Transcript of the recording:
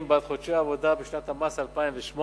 ועצמאים, בעד חודשי עבודה בשנת המס 2008,